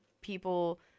people